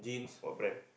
what brand